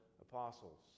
apostles